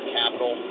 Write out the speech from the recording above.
capital